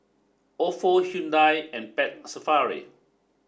Ofo Hyundai and Pet Safari